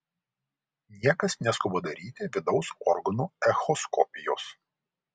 niekas neskuba daryti vidaus organų echoskopijos